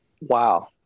wow